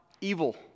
evil